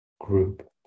group